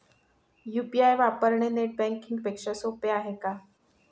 UPI वापरणे net banking पेक्षा सोपे आहे का?